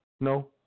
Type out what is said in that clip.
No